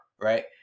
right